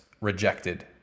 rejected